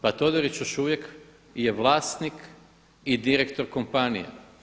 Pa Todorić još uvijek je vlasnik i direktor kompanija.